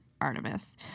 Artemis